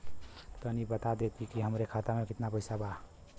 तनि बता देती की हमरे खाता में कितना पैसा बा?